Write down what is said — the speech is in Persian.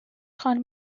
خانم